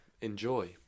Enjoy